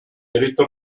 diritto